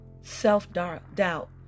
Self-doubt